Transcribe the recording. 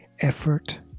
effort